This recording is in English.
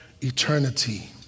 eternity